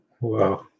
Wow